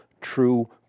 true